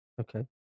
Okay